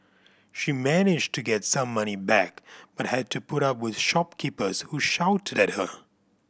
she managed to get some money back but had to put up with shopkeepers who shouted at her